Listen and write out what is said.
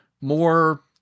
more